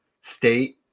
state